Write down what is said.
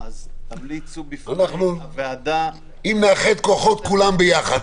תמליצו בפני ועדה --- אם נאחד כוחות כולם ביחד,